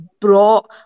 brought